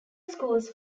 schools